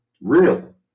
Real